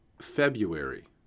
February